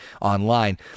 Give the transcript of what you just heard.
online